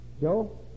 Joe